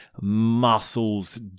muscles